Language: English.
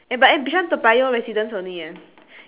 eh but eh bishan toa payoh residents only eh